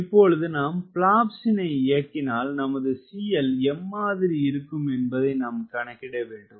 இப்பொழுது நாம் பிளாப்ஸினை இயக்கினால் நமது CL எம்மாதிரி இருக்கும் என்பதை நாம் கணக்கிடவேண்டும்